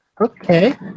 Okay